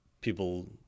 people